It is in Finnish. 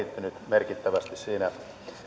on kehittynyt merkittävästi siinä